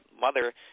mother